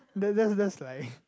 that that that's like